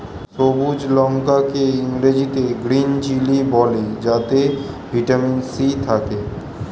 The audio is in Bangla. সবুজ লঙ্কা কে ইংরেজিতে গ্রীন চিলি বলে যাতে ভিটামিন সি থাকে